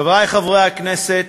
חברי חברי הכנסת,